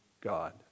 God